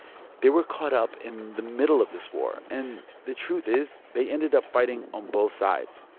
they were caught up in the middle of this war. and the truth is, they ended up fighting on both sides.